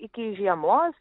iki žiemos